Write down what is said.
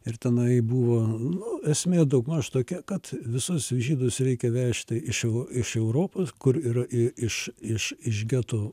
ir tenai buvo nu esmė daugmaž tokia kad visus žydus reikia vežti iš iš europos kur yra iš iš iš getų